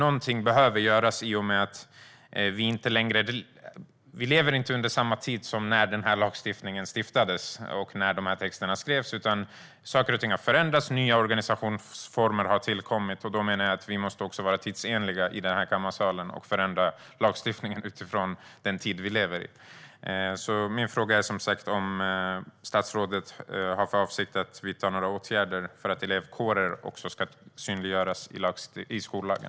Någonting behöver göras i och med att vi inte lever i samma tid som när den här lagen stiftades och de här texterna skrevs. Saker och ting har förändrats, och nya organisationsformer har tillkommit. Då måste vi vara tidsenliga även i den här kammaren, menar jag, och förändra lagstiftningen utifrån den tid vi lever i. Min fråga är som sagt om statsrådet har för avsikt att vidta några åtgärder för att också elevkårer ska synliggöras i skollagen.